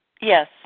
Yes